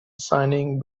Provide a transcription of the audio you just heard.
signing